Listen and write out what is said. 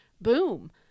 boom